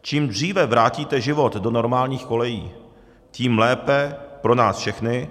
Čím dříve vrátíte život do normálních kolejí, tím lépe pro nás všechny.